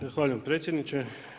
Zahvaljujem predsjedniče.